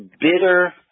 bitter